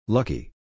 Lucky